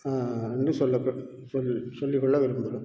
இன்னும் சொல்ல போனால் சொல் சொல்லிக்குள்ள விரும்புகிறேன்